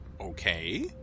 Okay